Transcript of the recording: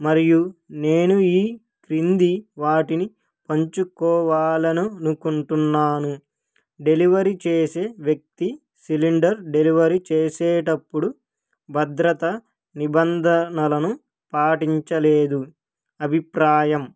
మరియు నేను ఈ క్రింది వాటిని పంచుకోవాలని అనుకుంటున్నాను డెలివరీ చేసే వ్యక్తి సిలిండర్ డెలివరీ చేసేటప్పుడు భద్రతా నిబంధనలను పాటించలేదు అభిప్రాయం